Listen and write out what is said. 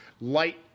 light